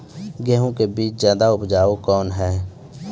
गेहूँ के बीज ज्यादा उपजाऊ कौन है?